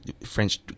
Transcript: French